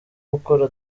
gukora